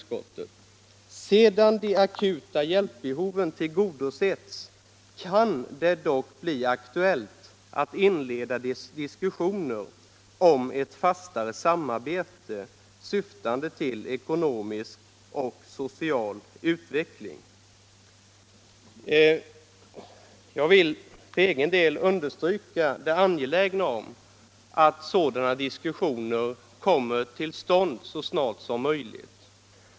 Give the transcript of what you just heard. Sedan de akuta hjälpbehoven tillgodosetts, kan det dock bli aktuellt att inleda diskussioner om ctt fastare samarbete syftande till ekonomisk och social utveckling.” Jag vill för egen del understryka det angelägna i att sådana diskussioner kommer till stånd så snart som möjligt.